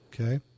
Okay